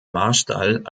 marstall